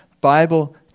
Bible